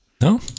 No